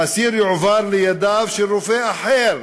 האסיר יועבר לידיו של רופא אחר